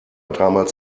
damals